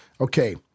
Okay